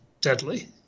deadly